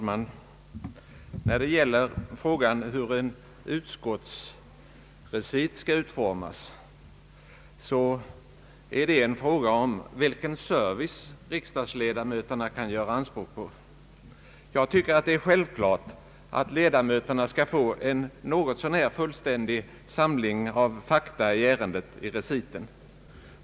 Herr talman! Hur en utskottsrecit skall utformas är en fråga om vilken service riksdagens ledamöter kan göra anspråk på. Jag anser det självklart att ledamöterna i reciten skall få en något så när fullständig samling av fakta i ärendet.